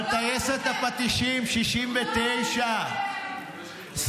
וכל מה שדיברו על טייסת הפטישים, 69. לא לשקר.